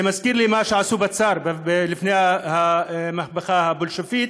זה מזכיר לי מה שעשו בימי הצאר לפני המהפכה הבולשביקית,